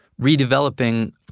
redeveloping